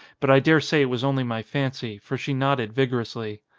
but i daresay it was only my fancy, for she nodded vigorously.